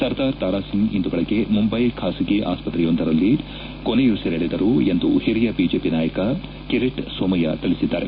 ಸರ್ದಾರ್ ತಾರಾಸಿಂಗ್ ಇಂದು ಬೆಳಗ್ಗೆ ಮುಂಬೈ ಖಾಸಗಿ ಆಸ್ಪತ್ರೆಯೊಂದರಲ್ಲಿ ಕೊನೆಯುಸಿರೆಳದರು ಎಂದು ಹಿರಿಯ ಬಿಜೆಪಿ ನಾಯಕ ಕಿರಿಟ್ ಸೋಮಯ್ನ ತಿಳಿಸಿದ್ಲಾರೆ